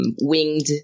winged